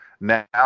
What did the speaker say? now